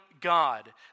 God